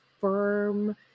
firm